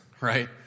right